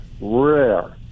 rare